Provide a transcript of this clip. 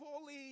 fully